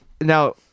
Now